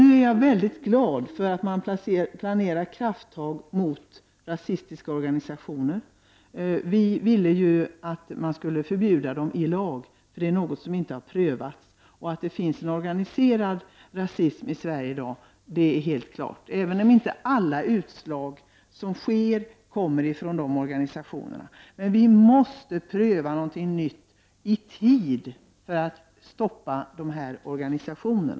Nu är jag mycket glad för att man planerar krafttag mot rasistiska organisationer. Vi ville att man skulle förbjuda dem i lag, eftersom det inte har prövats. Det är helt klart att det finns en organiserad rasism i Sverige i dag, även om inte alla utslag som sker kommer ifrån dessa organisationer. Vi måste pröva något nytt i tid för att stoppa dessa organisationer.